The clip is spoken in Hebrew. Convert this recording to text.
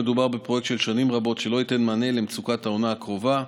מדובר בפרויקט של שנים רבות שלא ייתן מענה למצוקת העונה הקרובה.